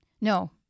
No